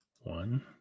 one